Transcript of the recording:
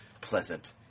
pleasant